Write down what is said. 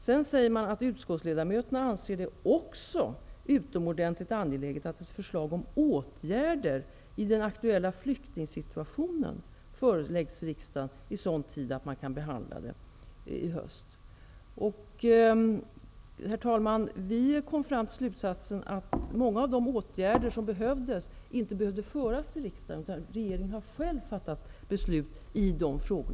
Vidare sägs det att uskottsledamöterna anser det också utomordentlit angeläget att förslag om åtgärder i den aktuella flyktingsituationen föreläggs riksdagen i så god tid att det kan behandlas i höst. Vi kom dock fram till slutsatsen att många av de nödvändiga åtgärderna inte behövde föras till riksdagen, utan regeringen har själv fattat beslut i dessa frågor.